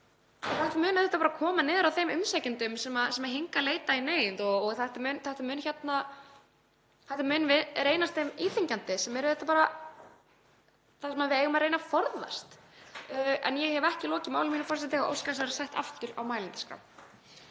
Þetta mun auðvitað bara koma niður á þeim umsækjendum sem hingað leita í neyð og þetta mun reynast þeim íþyngjandi, sem er auðvitað bara það sem við eigum að reyna að forðast. Ég hef ekki lokið máli mínu, forseti, og óska þess að vera sett aftur á mælendaskrá.